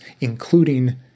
including